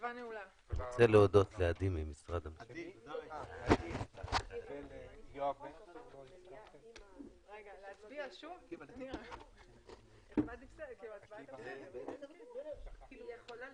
הישיבה ננעלה בשעה 11:31.